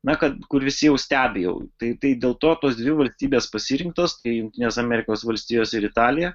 na kad kur visi jau stebi jau tai tai dėl to tos dvi valstybės pasirinktos tai jungtinės amerikos valstijos ir italija